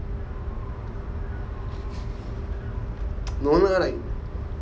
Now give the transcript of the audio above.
tsk no lah